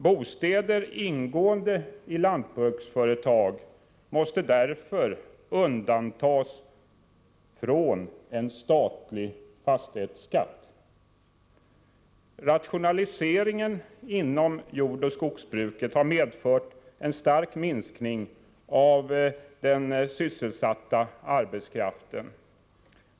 Bostäder ingående i lantbruksföretag måste därför undantas från en statlig fastighetsskatt. Rationaliseringen inom jordoch skogsbruket har medfört en stark minskning av den sysselsatta arbetskraften.